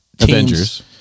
avengers